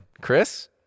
Chris